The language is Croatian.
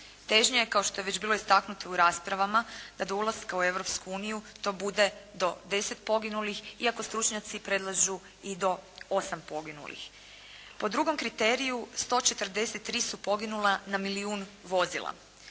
Težnja je kao što je već bilo istaknuto u raspravama da do ulaska u Europsku uniju to bude do 10 poginulih iako stručnjaci predlažu i do osam poginulih. Po drugom kriteriju 143 su poginula na milijun vozila.